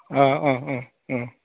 अ अ अ अ अ